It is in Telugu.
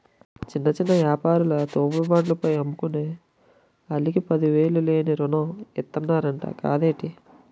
చిన్న చిన్న యాపారాలు, తోపుడు బండ్ల పైన అమ్ముకునే ఆల్లకి పదివేలు వడ్డీ లేని రుణం ఇతన్నరంట కదేటి